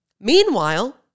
Meanwhile